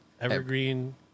evergreen